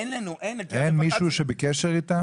אין מישהו שנמצא בקשר איתם?